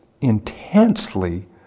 intensely